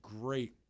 great